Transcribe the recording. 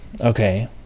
Okay